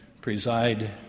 preside